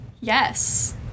Yes